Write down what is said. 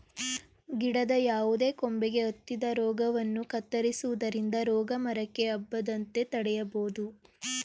ಗಿಡದ ಯಾವುದೇ ಕೊಂಬೆಗೆ ಹತ್ತಿದ ರೋಗವನ್ನು ಕತ್ತರಿಸುವುದರಿಂದ ರೋಗ ಮರಕ್ಕೆ ಹಬ್ಬದಂತೆ ತಡೆಯಬೋದು